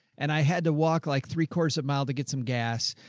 and i had to walk like three quarters of mile to get some gas.